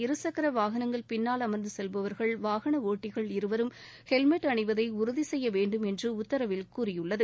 இருசக்கர வாகனங்கள் பின்னால் அமர்ந்து செல்பவர்கள் வாகன ஓட்டிகள் இருவரும் ஹெல்மெட் அணிவதை உறுதி செய்ய வேண்டும் என்று உத்தரவில் கூறியுள்ளது